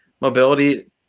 Mobility